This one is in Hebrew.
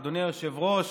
אדוני היושב-ראש,